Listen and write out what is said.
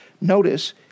Notice